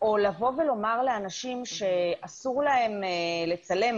או לבוא ולומר לאנשים שאסור להם לצלם,